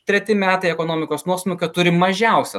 treti metai ekonomikos nuosmukio turi mažiausią